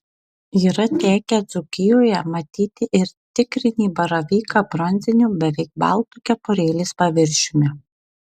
yra tekę dzūkijoje matyti ir tikrinį baravyką bronziniu beveik baltu kepurėlės paviršiumi